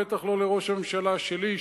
בטח לא לראש הממשלה שלי,